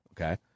Okay